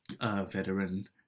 veteran